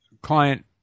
client